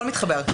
הכול מתחבר.